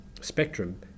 spectrum